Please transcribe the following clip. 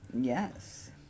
Yes